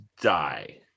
die